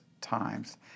times